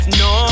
no